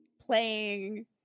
playing